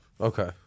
Okay